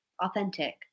authentic